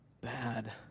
bad